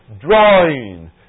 drawing